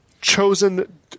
Chosen